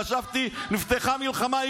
חשבתי שנפתחה מלחמה.